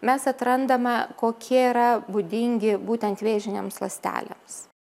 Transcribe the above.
mes atrandame kokie yra būdingi būtent vėžinėms ląstelėms